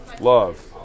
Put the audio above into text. love